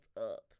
up